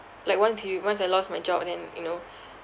like once you once I lost my job then you know